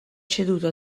ceduto